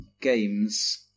games